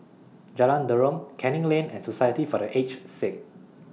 Jalan Derum Canning Lane and Society For The Aged Sick